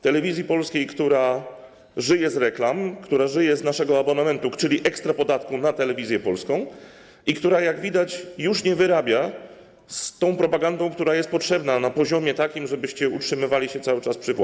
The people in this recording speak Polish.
Telewizji Polskiej, która żyje z reklam, która żyje z naszego abonamentu, czyli ekstrapodatku na Telewizję Polską, i która, jak widać, już nie wyrabia z tą propagandą, która jest potrzebna na poziomie takim, żebyście utrzymywali się cały czas przy władzy.